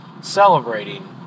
celebrating